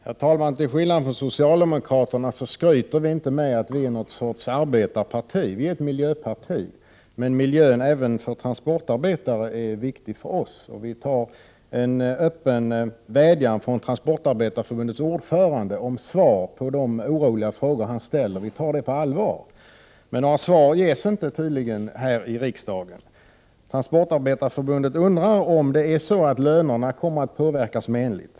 Herr talman! Till skillnad från socialdemokraterna skryter vi inte med att vi är något arbetarparti. Vi är ett miljöparti, men miljön även för transportarbetare är viktig för oss, och vi tar en öppen vädjan från Transportarbetareförbundets ordförande om svar på de oroliga frågor han ställer på allvar. Men tydligen ges inte några svar här i kammaren. Inom Transportarbetareförbundet undrar man om lönerna kommer att påverkas menligt.